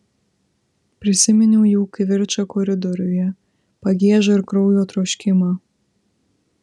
prisiminiau jų kivirčą koridoriuje pagiežą ir kraujo troškimą